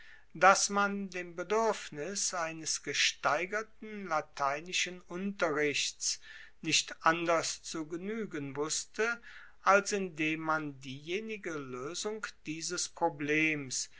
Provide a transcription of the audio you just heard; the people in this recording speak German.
dass man dem beduerfnis eines gesteigerten lateinischen unterrichts nicht anders zu genuegen wusste als indem man diejenige loesung dieses problems